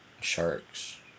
Sharks